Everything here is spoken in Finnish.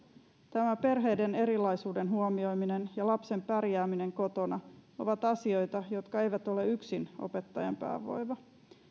tämä perheiden erilaisuuden huomioiminen ja lapsen pärjääminen kotona ovat asioita jotka eivät ole yksin opettajan päänvaiva